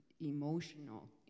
emotional